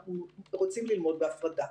אנחנו רוצים ללמוד בהפרדה,